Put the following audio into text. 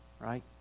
Right